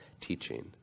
teaching